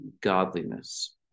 godliness